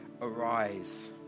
arise